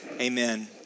Amen